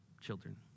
children